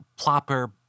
plopper